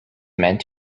meant